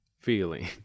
feeling